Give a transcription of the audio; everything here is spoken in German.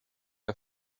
der